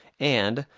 and,